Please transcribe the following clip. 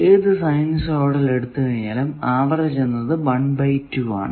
ഏതു സൈനുസോയിടൽ എടുത്താലും ആവറേജ് എന്നത് 1 2 ആണ്